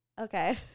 okay